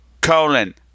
colon